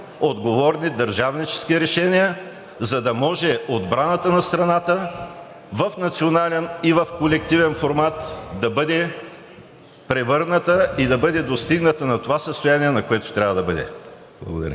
отговорни държавнически решения, за да може отбраната на страната в национален и в колективен формат, да бъде превърната и да достигне това състояние, на което трябва да бъде. Благодаря.